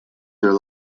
their